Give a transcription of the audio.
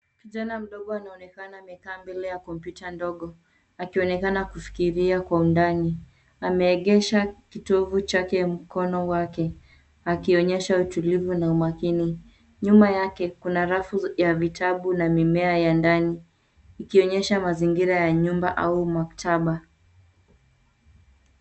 Kijana mdogo anaonekana amekaa mbele ya kompyuta ndogo akionekana kufikiria kwa undani. Ameegesha kitovu chake mkono wake akionyesha utulivu na umakini. Nyuma yake kuna rafu ya vitabu na mimea ya ndani ikionyesha mazingira ya nyumba au maktaba.